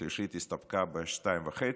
השלישית הסתפקה ב-2.5,